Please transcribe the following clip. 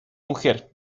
mujer